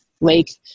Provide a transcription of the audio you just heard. lake